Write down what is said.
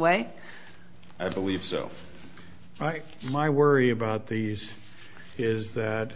way i believe so my worry about these is that